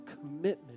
commitment